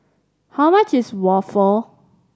how much is waffle